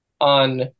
on